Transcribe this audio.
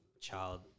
child